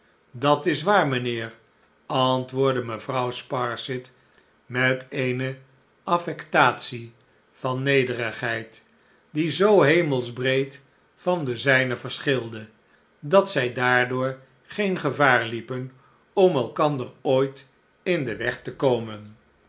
dat is waar mijnheer antwoordde mevrouw sparsit met eene affectatie van nederigheid die zoo hemelsbreed van de zijne verschilde dat zij daardoor geen gevaar liepen om elkander ooit in den weg te komen